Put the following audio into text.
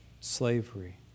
slavery